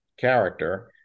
Character